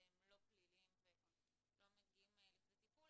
הם לא פליליים ולא מגיעים לידי טיפול,